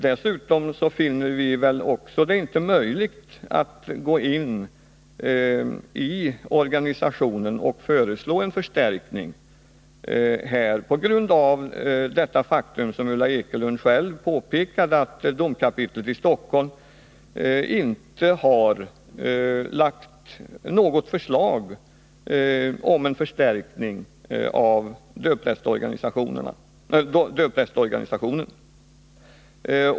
Vi finner det inte möjligt att föreslå en förstärkning av organisationen på grund av — som Ulla Ekelund själv påpekade — att domkapitlet i Stockholm inte har framlagt något förslag om förstärkning av dövprästorganisationen.